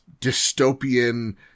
dystopian